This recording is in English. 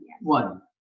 One